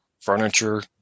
furniture